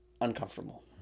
uncomfortable